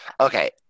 Okay